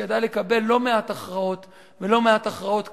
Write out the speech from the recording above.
שידעה לקבל לא מעט הכרעות ולא מעט הכרעות קשות,